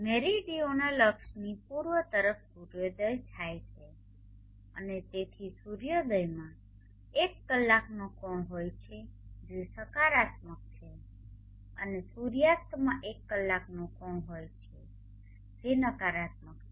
meridional અક્ષની પૂર્વ તરફ સૂર્યોદય થાય છે અને તેથી સૂર્યોદયમાં એક કલાકનો કોણ હોય છે જે સકારાત્મક છે અને સૂર્યાસ્તમાં એક કલાકનો કોણ હોય છે જે નકારાત્મક છે